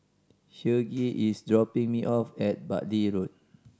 Hughie is dropping me off at Bartley Road